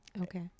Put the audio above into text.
Okay